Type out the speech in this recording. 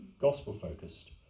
gospel-focused